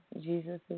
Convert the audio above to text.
Jesus